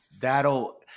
that'll